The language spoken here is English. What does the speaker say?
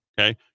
Okay